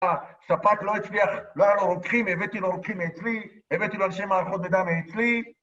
השפט לא הצליח, לא היה לו רוקחים, הבאתי לו רוקחים מאצלי, הבאתי לו אנשי מערכות מידע מאצלי.